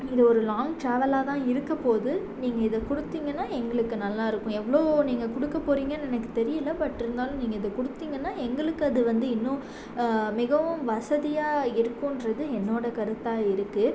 இது ஒரு லாங் ட்ராவலாக தான் இருக்க போகுது நீங்கள் இதை கொடுத்திங்கனா எங்களுக்கு நல்லா இருக்கும் எவ்வளோ நீங்கள் கொடுக்க போறீங்கன்னு எனக்கு தெரியல பட் இருந்தாலும் நீங்கள் இதை கொடுத்திங்கனா எங்களுக்கு அது வந்து இன்னும் மிகவும் வசதியாக இருக்கும்ன்றது என்னோட கருத்தாக இருக்கு